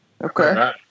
Okay